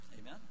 Amen